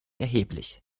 erheblich